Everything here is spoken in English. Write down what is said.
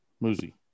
Muzi